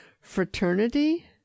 fraternity